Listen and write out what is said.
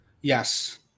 Yes